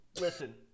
Listen